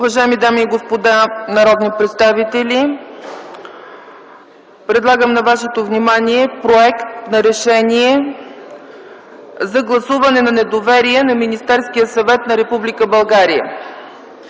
Уважаеми дами и господа народни представители, предлагам на вашето внимание „Проект РЕШЕНИЕ за гласуване на недоверие на Министерския съвет на Република България